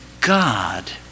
God